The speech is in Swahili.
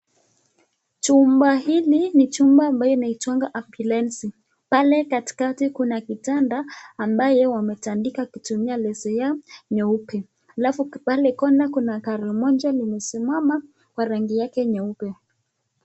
Jumba hili ni jumba ambayo inaitwangwa ambyulensi . Pale katikati kuna kitanda ambayo wametandika kutumia leso yao nyeupe. Halafu pale kona gari moja limesimama kwa rangi yake nyeupe.